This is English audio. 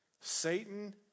Satan